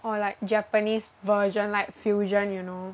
or like Japanese version like fusion you know